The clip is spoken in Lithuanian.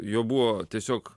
jo buvo tiesiog